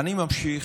אני ממשיך,